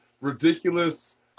ridiculous